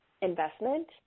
investment